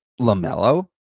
LaMelo